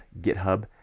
GitHub